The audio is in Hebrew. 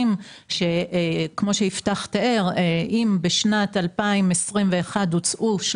כמו שיפתח תיאר, אם בשנת 2021 הוצאו